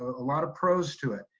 a lot of pros to it.